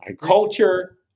Culture